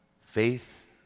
Faith